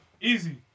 Easy